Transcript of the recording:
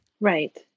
Right